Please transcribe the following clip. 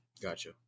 Gotcha